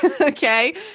Okay